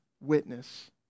witness